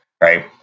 right